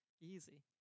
Easy